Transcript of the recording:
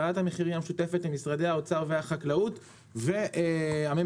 ועדת המחירים המשותפת למשרדי האוצר והחקלאות והממ"מ